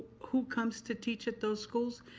who comes to teach at those schools.